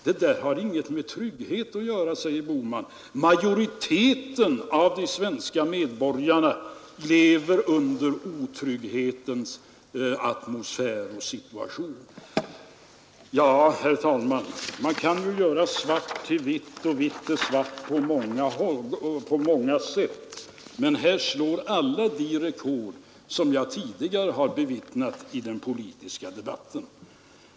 Det där har inget med trygghet att göra, säger herr Bohman; majoriteten av de svenska medborgarna lever i otrygghet. Ja, man kan göra svart till vitt och vitt till svart på många sätt, men det här slår allt vad jag tidigare bevittnat i den politiska debatten.